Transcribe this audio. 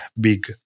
big